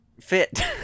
fit